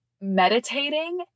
meditating